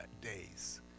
days